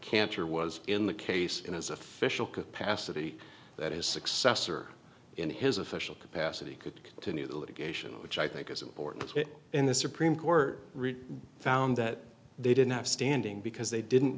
cancer was in the case in his official capacity that his successor in his official capacity could continue the litigation which i think is important in the supreme court found that they didn't have standing because they didn't